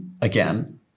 Again